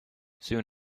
soon